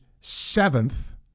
seventh